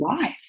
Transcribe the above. life